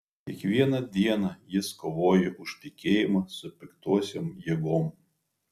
kiekvieną dieną jis kovojo už tikėjimą su piktosiom jėgom